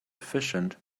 efficient